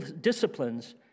disciplines